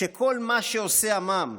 שכל מה שעושה עמם,